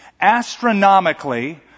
Astronomically